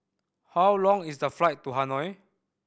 how long is the flight to Hanoi